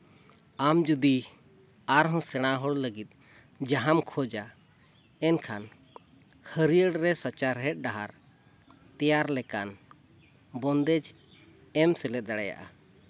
ᱟᱢ ᱡᱩᱫᱤ ᱟᱨᱦᱚᱸ ᱥᱮᱬᱟ ᱦᱚᱲ ᱞᱟᱹᱜᱤᱫ ᱡᱟᱦᱟᱢ ᱠᱷᱚᱡᱟ ᱮᱱᱠᱷᱟᱱ ᱦᱟᱹᱨᱭᱟᱹᱲ ᱨᱮ ᱥᱟᱪᱟᱨᱦᱮᱫ ᱰᱟᱦᱟᱨ ᱛᱮᱭᱟᱨ ᱞᱮᱠᱟᱱ ᱵᱚᱱᱫᱮᱡᱽ ᱮᱢ ᱥᱮᱞᱮᱫ ᱫᱟᱲᱮᱭᱟᱜᱼᱟ